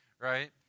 right